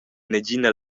negina